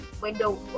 window